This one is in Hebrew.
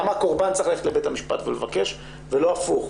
למה הקורבן צריך ללכת לבית המשפט ולבקש ולא הפוך,